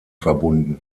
verbunden